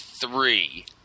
three